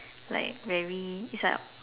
like very it's like